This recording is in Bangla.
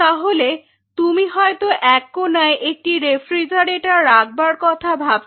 তাহলে তুমি হয়তো এক কোনায় একটি রেফ্রিজারেটর রাখবার কথা ভাবছো